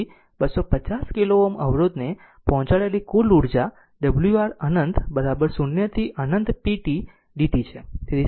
તેથી તે 250 કિલો Ω અવરોધને પહોંચાડાયેલી કુલ ઉર્જા w R અનંત 0 થી અનંત પી t dt છે